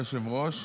תודה רבה.